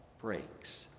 breaks